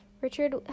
Richard